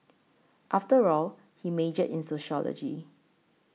after all he majored in sociology